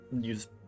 use